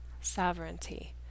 sovereignty